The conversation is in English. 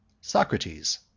Socrates